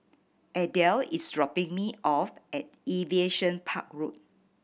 Adell is dropping me off at Aviation Park Road